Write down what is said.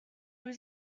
was